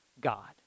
god